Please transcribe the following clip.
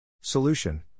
Solution